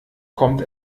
kommt